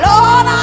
Lord